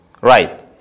Right